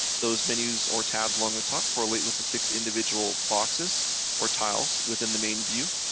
those menus or tabs along the top correlate with the six individual boxes or tiles within the main view.